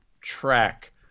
track